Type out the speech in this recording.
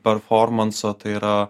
performanso tai yra